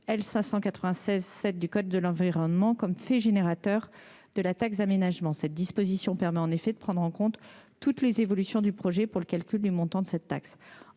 596-7 du code de l'environnement, comme fait générateur de la taxe d'aménagement. Cette disposition permet ainsi de prendre en compte toutes les évolutions du projet pour le calcul du montant de cette taxe.